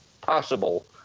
possible